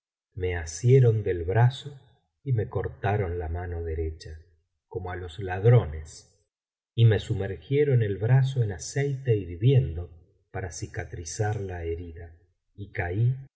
me asieron del brazo y me cortaron la mano derecha como á los ladrones y me sumergieron el brazo en aceite hirviendo para cicatrizar la herida y caí